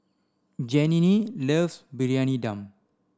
Janene loves Briyani Dum